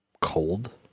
cold